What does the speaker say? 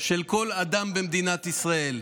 של כל אדם במדינת ישראל,